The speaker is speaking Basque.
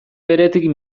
beretik